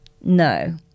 No